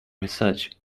research